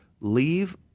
Leave